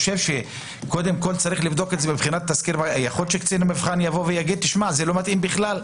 יכול להיות שקצין מבחן יגיד שזה בכלל לא מתאים,